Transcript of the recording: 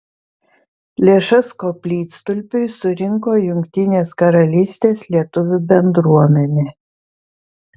lėšas koplytstulpiui surinko jungtinės karalystės lietuvių bendruomenė